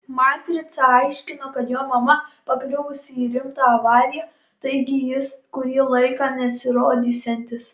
matrica aiškino kad jo mama pakliuvusi į rimtą avariją taigi jis kurį laiką nesirodysiantis